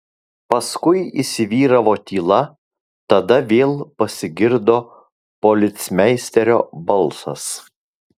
paskui įsivyravo tyla tada vėl pasigirdo policmeisterio balsas